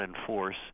enforce